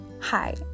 Hi